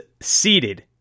seated